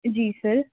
ਜੀ ਸਰ